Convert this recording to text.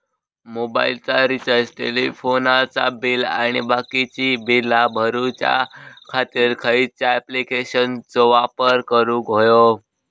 मोबाईलाचा रिचार्ज टेलिफोनाचा बिल आणि बाकीची बिला भरूच्या खातीर खयच्या ॲप्लिकेशनाचो वापर करूक होयो?